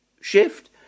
shift